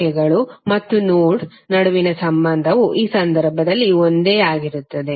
ಶಾಖೆಗಳು ಮತ್ತು ನೋಡ್ ನಡುವಿನ ಸಂಬಂಧವು ಈ ಸಂದರ್ಭದಲ್ಲಿ ಒಂದೇ ಆಗಿರುತ್ತದೆ